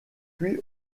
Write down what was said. puis